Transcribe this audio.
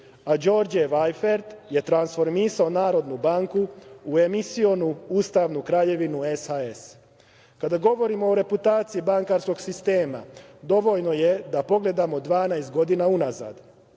a Đorđe Vajfert je transformisao Narodnu banku u emisionu ustavnu Kraljevinu SHS.Kada govorimo o reputaciji bankarskog sistema dovoljno je da pogledamo 12 godina unazad,